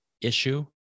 issue